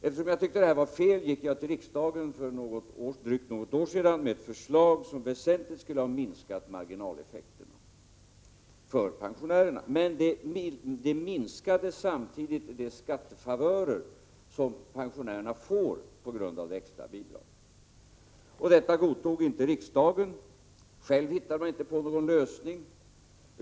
Eftersom jag tyckte att detta var fel, framlade jag för drygt ett år sedan för riksdagen ett förslag, som väsentligen skulle ha minskat marginaleffekterna för pensionärer. Men det skulle samtidigt minska de skattefavörer som pensionärer får på grund av det extra avdraget. Detta godtog inte riksdagen. Själv hittade riksdagen inte på någon lösning.